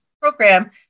program